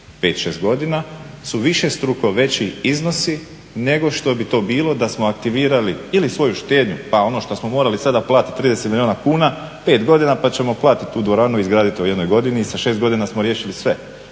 5, 6 godina su višestruko veći iznosi nego što bi to bilo da smo aktivirali ili svoju štednju pa ono što smo sada morali platiti 30 milijuna kuna 5 godina pa ćemo platiti tu dvoranu i izgraditi u jednoj godini i sa 6 godina smo riješili sve.